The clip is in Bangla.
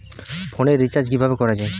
ফোনের রিচার্জ কিভাবে করা যায়?